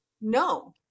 No